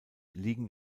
liegen